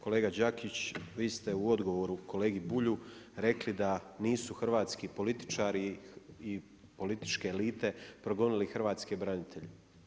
Kolega Đakić, vi ste u odgovoru kolegi Bulju rekli da nisu hrvatski političari i političke elite progonili hrvatske branitelje.